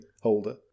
holder